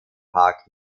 park